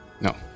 No